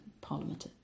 parliament